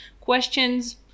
questions